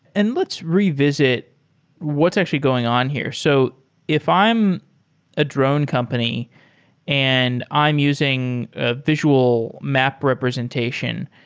and let's revisit what's actually going on here. so if i am a drone company and i'm using a visual map representation,